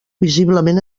visiblement